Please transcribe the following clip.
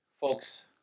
Folks